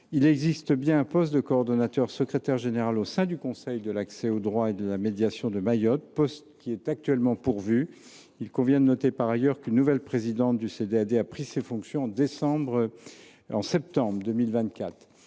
Il existe un poste de coordonnateur secrétaire général au sein du conseil départemental de l’accès au droit et de la médiation (CDAD) de Mayotte. Ce poste est actuellement pourvu. Il convient de noter, par ailleurs, qu’une nouvelle présidente du CDAD a pris ses fonctions en septembre 2024.